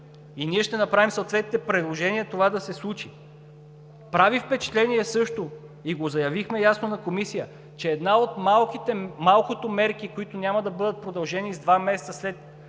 И ние ще направим съответните предложения това да се случи. Прави впечатление също, и го заявихме ясно в Комисията, че една от малкото мерки, които няма да бъдат продължени с два месеца след